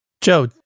Joe